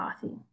coffee